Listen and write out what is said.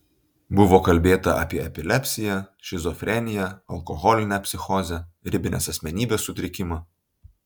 buvo kalbėta apie epilepsiją šizofreniją alkoholinę psichozę ribinės asmenybės sutrikimą